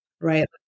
right